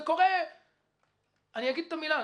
זה קורה - אני אגיד את המילה,